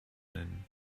nennen